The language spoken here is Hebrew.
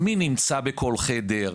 מי נמצא בכל חדר,